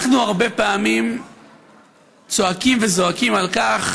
אנחנו הרבה פעמים צועקים וזועקים על כך